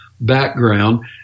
background